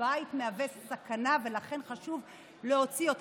הבית מהווה סכנה, ולכן חשוב להוציא אותם.